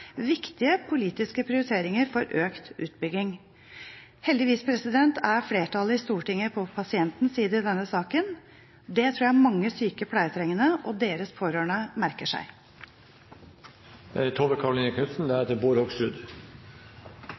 viktige politiske prioriteringer for økt utbygging. Heldigvis er flertallet i Stortinget på pasientens side i denne saken. Det tror jeg mange syke, pleietrengende og deres pårørende merker seg.